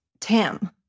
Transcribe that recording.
Tim